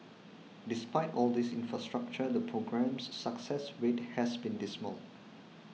despite all this infrastructure the programme's success rate has been dismal